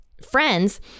Friends